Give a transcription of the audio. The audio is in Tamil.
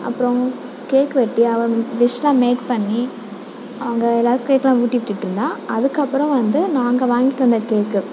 அப்புறம் கேக் வெட்டி அவள் விஷ்யெலாம் மேக் பண்ணி அங்கே எல்லாேரும் கேக்யெலாம் ஊட்டி விட்டுட்ருந்தா அதுக்கப்புறம் வந்து நாங்கள் வாங்கிட்டு வந்த கேக்கு